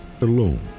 alone